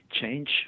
change